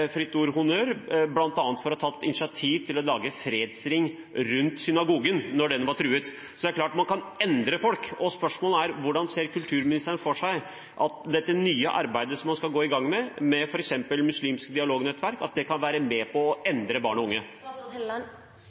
Fritt Ords Honnør, bl.a. for å ha tatt initiativ til å lage en fredsring rundt synagogen da den var truet. Så det er klart at man kan endre folk. Spørsmålet er: Hvordan ser kulturministeren for seg at dette nye arbeidet man nå skal gå i gang med, med f.eks. Muslimsk Dialognettverk Norge, kan være med på å endre barn og unge?